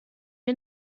wir